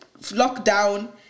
lockdown